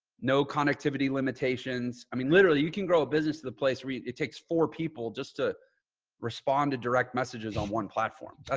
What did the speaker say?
no connectivity, limitations. i mean, literally you can grow a business to the place it takes for people just to respond to direct messages on one platform.